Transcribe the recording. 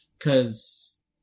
Cause